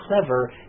clever